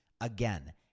Again